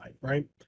right